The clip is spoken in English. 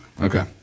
Okay